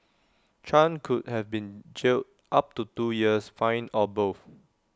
chan could have been jailed up to two years fined or both